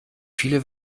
viele